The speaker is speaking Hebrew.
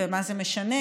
ומה זה משנה,